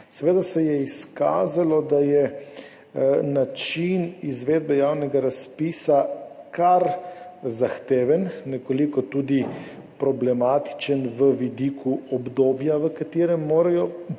Seveda se je izkazalo, da je način izvedbe javnega razpisa kar zahteven, nekoliko tudi problematičen z vidika obdobja, v katerem morajo porabiti